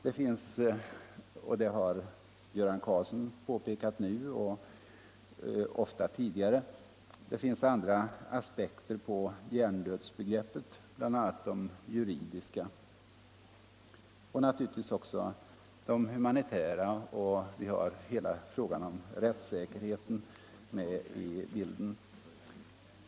Det finns — och det har Göran Karlsson påpekat nu och ofta tidigare — andra aspekter på hjärndödsbegreppet, bl.a. de juridiska och naturligtvis även de humanitära. Vi har också hela frågan om rättssäkerheten med i bilden.